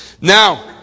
Now